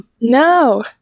No